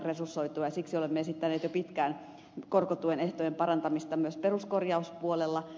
siksi olemme esittäneet jo pitkään korkotuen ehtojen parantamista myös peruskorjauspuolella